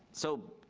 so,